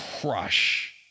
crush